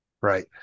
right